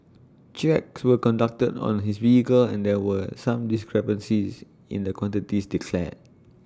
checks were conducted on his vehicle and there were some discrepancies in the quantities declared